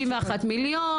61 מיליון.